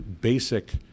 basic